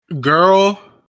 Girl